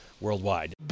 worldwide